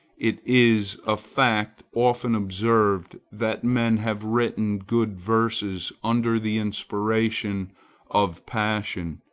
it is a fact often observed, that men have written good verses under the inspiration of passion,